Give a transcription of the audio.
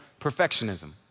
perfectionism